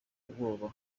ubwoba